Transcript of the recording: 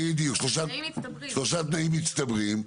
בדיוק, שלושה תנאים מצטברים.